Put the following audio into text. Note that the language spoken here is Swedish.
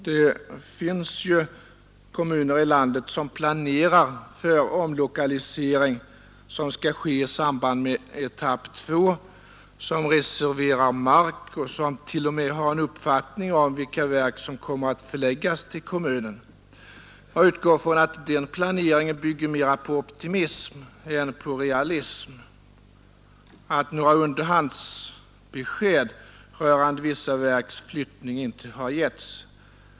Det finns ju kommuner i vårt land som redan planerar för omlokalisering som skall ske i samband med etapp två. De reserverar mark och har t.o.m. en uppfattning om vilka verk som kommer att förläggas till kommunen. Jag utgår från att denna planering bygger mera på optimism än på realism, dvs. att några underhandsbesked rörande vissa verks flyttning inte har givits.